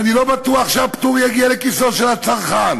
ואני לא בטוח שאותו פטור יגיע לכיסו של הצרכן".